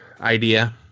idea